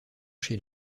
chez